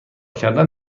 کردن